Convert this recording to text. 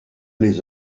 les